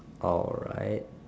alright